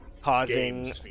causing